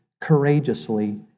courageously